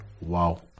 Wow